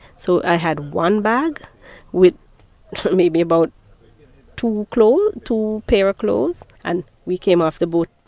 so i had one bag with maybe about two clothes two pair of clothes. and we came off the boat.